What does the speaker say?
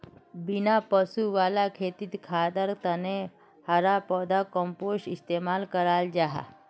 बिना पशु वाला खेतित खादर तने हरा पौधार कम्पोस्ट इस्तेमाल कराल जाहा